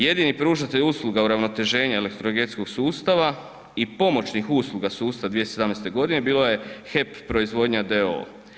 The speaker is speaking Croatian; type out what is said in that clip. Jedini pružatelj usluga uravnoteženja elektroenergetskog sustava i pomoćnih usluga sustava 2017. godine bila je HEP proizvodnja d.o.o.